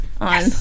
on